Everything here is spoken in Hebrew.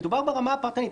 מדובר ברמה הפרטנית.